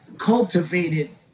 cultivated